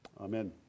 Amen